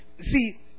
See